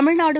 Tamil Nadu